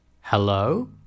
Hello